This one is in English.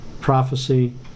prophecy